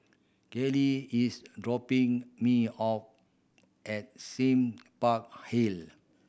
Karlie is dropping me off at Sime Park Hill